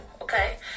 okay